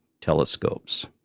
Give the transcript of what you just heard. telescopes